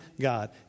God